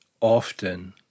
often